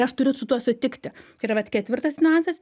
ir aš turiu su tuo sutikti čia yra vat ketvirtas niuansas